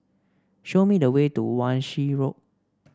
show me the way to Wan Shih Road